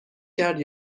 کرد